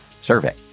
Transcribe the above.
survey